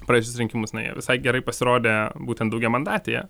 praėjusius rinkimus na jie visai gerai pasirodė būtent daugiamandatėje